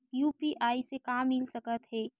UPI से का मिल सकत हे?